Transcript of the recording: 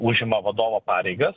užima vadovo pareigas